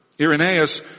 Irenaeus